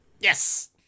Yes